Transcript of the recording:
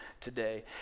today